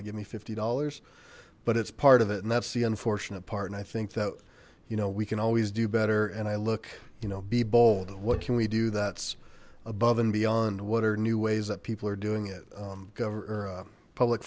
to give me fifty dollars but it's part of it and that's the unfortunate part and i think that you know we can always do better and i look you know be bold what can we do that's above and beyond what are new ways that people are doing it governor public